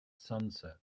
sunset